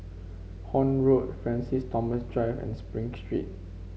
Horne Road Francis Thomas Drive and Spring Street